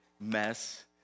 mess